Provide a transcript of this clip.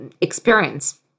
experience